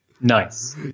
Nice